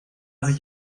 sich